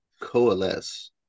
coalesce